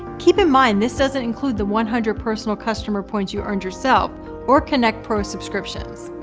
keep in mind this doesn't include the one hundred personal customer points you earned yourself or kynect pro subscriptions.